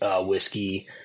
whiskey